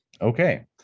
okay